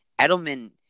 Edelman